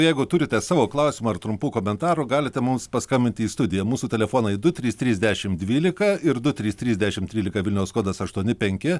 jeigu turite savo klausimą ar trumpų komentarų galite mums paskambinti į studiją mūsų telefonai du trys trys dešim dvylika ir du trys trys dešim trylika vilniaus kodas aštuoni penki